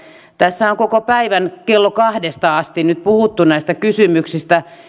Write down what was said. tässä on koko päivän kello kahdesta asti nyt puhuttu näistä kysymyksistä